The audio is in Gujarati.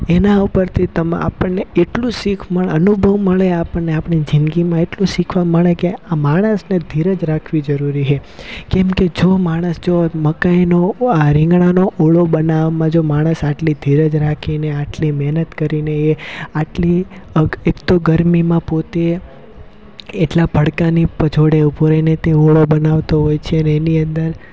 એના ઉપરથી તમ આપણને એટલું શીખ અનુભવ મળે આપણને આપણે જિંદગીમાં એટલું શીખવા મળે કે આ માણસને ધીરજ રાખવી જરૂરી છે કેમકે જો માણસ જો મકાઇનો આ રીંગણાનો ઓળો બનાવામાં જો માણસ આટલી ધીરજ રાખીને આટલી મહેનત કરીને એ આટલી એકતો ગરમીમાં પોતે એટલા ભડકાની પાછળ ઊભો રઈને તે ઓળો બનાવતો હોય છે ને એની અંદર